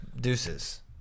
deuces